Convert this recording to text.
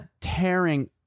tearing